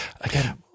again